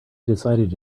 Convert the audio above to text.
decided